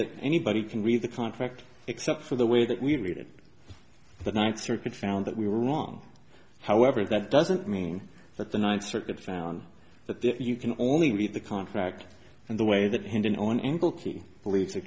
that anybody can read the contract except for the way that we read it the ninth circuit found that we were wrong however that doesn't mean that the ninth circuit found that you can only read the contract and the way that he did on